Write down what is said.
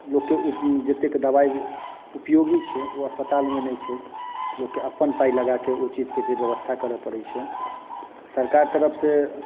लोककेँ जतेक दबाइ उपयोगी छै ओ अस्पतालमे नहि छै लोककेँ अपन पाइ लगाके ओ चीजके जे व्यवस्था करऽ पड़ै छै सरकार तरफ से